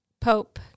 Pope